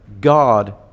God